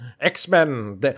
X-Men